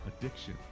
addiction